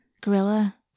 Gorilla